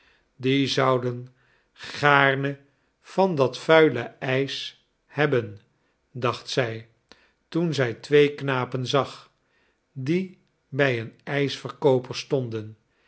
die zouden gaarne van dat vuile ijs hebben dacht zij toen zij twee knapen zag die bij een ijsverkooper stonden